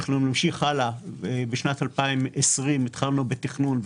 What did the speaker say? נמשיך הלאה: בשנת 2020 התחלנו בתכנון,